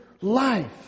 life